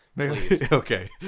Okay